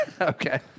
Okay